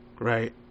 Right